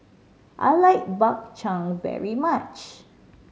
I like Bak Chang very much